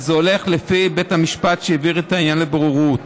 זה הולך לפי בית המשפט שהעביר את העניין לבוררות.